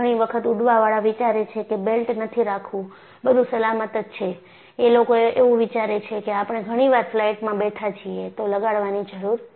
ઘણી વખત ઉડવાવાળા વિચારે છે કે બેલ્ટ નથી રાખવું બધું સલામત જ છે એ લોકો એવું વિચારે છે કે આપણે ઘણી વાર ફ્લાઈટ માં બેઠા છીએ તો લગાડવાની જરૂર નથી